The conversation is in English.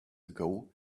ago